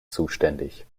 zuständig